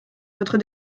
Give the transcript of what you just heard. votre